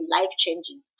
life-changing